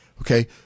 Okay